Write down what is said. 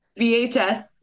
VHS